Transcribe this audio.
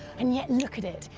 and yet, look at it.